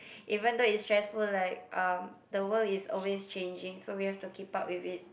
even though it's stressful like um the world is always changing so we have to keep up with it